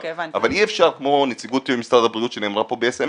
אבל אי אפשר כמו נציבות משרד הבריאות שנאמרה פה ב-SMS